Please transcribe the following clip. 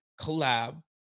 collab